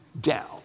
down